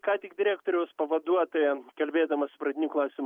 ką tik direktoriaus pavaduotojam kalbėdamas pradinių klasių